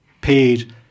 paid